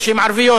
של נשים ערביות.